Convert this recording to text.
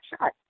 shot